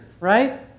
right